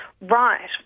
Right